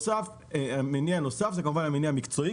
מניע נוסף הוא המניע המקצועי